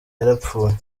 yarapfuye